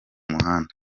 muhanda